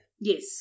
yes